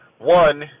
One